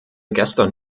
gestern